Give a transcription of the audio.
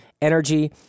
energy